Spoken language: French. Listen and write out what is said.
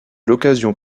l’occasion